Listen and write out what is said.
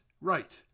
Right